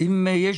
זה נכנס